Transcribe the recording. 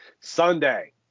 Sunday